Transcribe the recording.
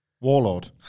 Warlord